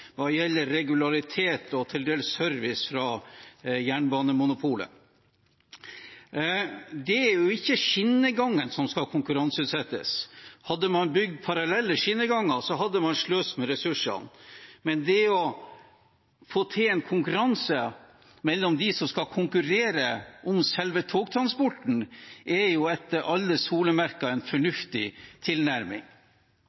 hva gjelder regularitet og til dels service fra jernbanemonopolet. Det er jo ikke skinnegangen som skal konkurranseutsettes. Hadde man bygd parallelle skinneganger, hadde man sløst med ressursene. Men det å få til en konkurranse mellom dem som skal konkurrere om selve togtransporten, er etter alle solemerker en